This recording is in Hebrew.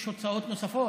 יש הוצאות נוספות.